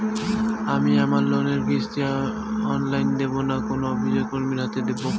আমি আমার লোনের কিস্তি অনলাইন দেবো না কোনো অফিসের কর্মীর হাতে দেবো?